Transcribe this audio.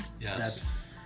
Yes